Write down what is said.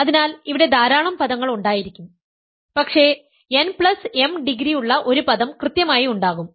അതിനാൽ ഇവിടെ ധാരാളം പദങ്ങൾ ഉണ്ടായിരിക്കും പക്ഷേ n m ഡിഗ്രി ഉള്ള ഒരു പദം കൃത്യമായി ഉണ്ടാകും